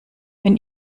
wenn